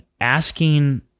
asking